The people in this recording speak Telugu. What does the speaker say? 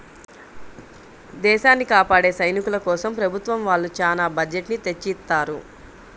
దేశాన్ని కాపాడే సైనికుల కోసం ప్రభుత్వం వాళ్ళు చానా బడ్జెట్ ని తెచ్చిత్తారు